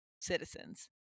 citizens